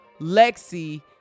Lexi